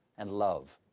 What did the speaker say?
and love.